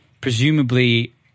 presumably